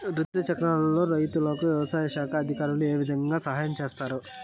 రుతు చక్రంలో రైతుకు వ్యవసాయ శాఖ అధికారులు ఏ విధంగా సహాయం చేస్తారు?